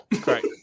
Great